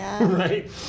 right